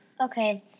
Okay